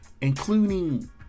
including